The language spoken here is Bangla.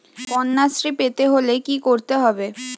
কন্যাশ্রী পেতে হলে কি করতে হবে?